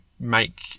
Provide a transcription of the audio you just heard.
make